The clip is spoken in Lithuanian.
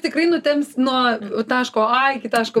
tikrai nutemps nuo taško a iki taško